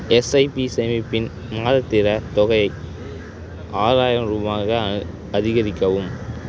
SIP சேமிப்பின் மாததிரத் தொகை ஆறாயிரம் ரூபாயாக அதிகரிக்கவும்